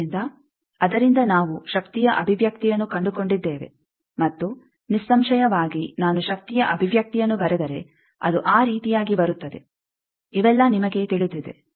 ಆದ್ದರಿಂದ ಅದರಿಂದ ನಾವು ಶಕ್ತಿಯ ಅಭಿವ್ಯಕ್ತಿಯನ್ನು ಕಂಡುಕೊಂಡಿದ್ದೇವೆ ಮತ್ತು ನಿಸ್ಸಂಶಯವಾಗಿ ನಾನು ಶಕ್ತಿಯ ಅಭಿವ್ಯಕ್ತಿಯನ್ನು ಬರೆದರೆ ಅದು ಆ ರೀತಿಯಾಗಿ ಬರುತ್ತದೆ ಇವೆಲ್ಲ ನಿಮಗೆ ತಿಳಿದಿದೆ